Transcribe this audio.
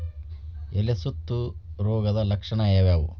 ಎಲೆ ಸುತ್ತು ರೋಗದ ಲಕ್ಷಣ ಯಾವ್ಯಾವ್?